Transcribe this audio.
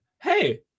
hey